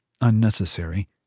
unnecessary